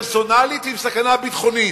פרסונלית עם סכנה ביטחונית?